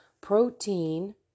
protein